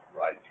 Right